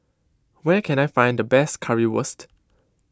where can I find the best Currywurst